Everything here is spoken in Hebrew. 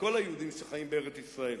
ולכל היהודים שחיים בארץ-ישראל,